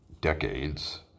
decades